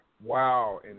wow